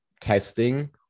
testing